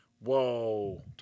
Whoa